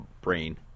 brain